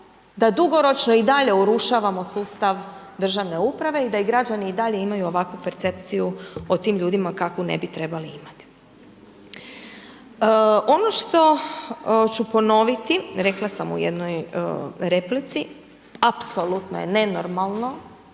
da dugoročno i dalje urušavamo sustav državne uprave i da i građani i dalje imaju ovakvu percepciju o tim ljudima kakvu ne bi trebali imati. Ono što ću ponoviti, rekla sam u jednoj replici, apsolutno je nenormalno